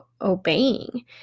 obeying